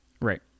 Right